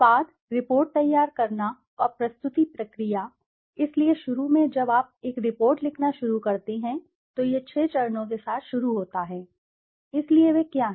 उत्पाद रिपोर्ट तैयार करना और प्रस्तुति प्रक्रिया इसलिए शुरू में जब आप एक रिपोर्ट लिखना शुरू करते हैं तो यह छह चरणों के साथ शुरू होता है इसलिए वे क्या हैं